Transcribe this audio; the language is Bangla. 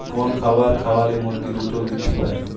কোন খাবার খাওয়ালে মুরগি দ্রুত বৃদ্ধি পায়?